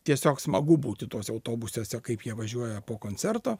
tiesiog smagu būti tuose autobusuose kaip jie važiuoja po koncerto